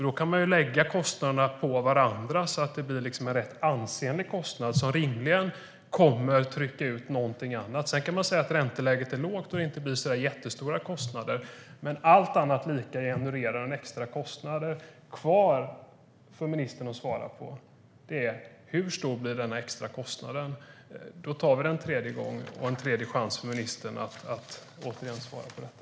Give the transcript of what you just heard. Då kan man ju lägga kostnaderna på varandra så att det blir en rätt ansenlig kostnad som rimligen kommer att trycka ut någonting annat. Man kan säga att ränteläget är lågt och att det inte blir så jättestora kostnader, men allt annat lika genererar det en extra kostnad, och kvar för ministern att svara på är: Hur stor blir denna extra kostnad? Vi tar det en tredje gång så får ministern en tredje chans att svara på detta.